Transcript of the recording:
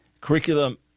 curriculum